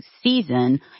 season